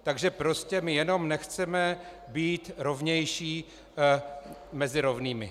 Takže prostě my jenom nechceme být rovnější mezi rovnými.